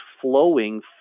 flowing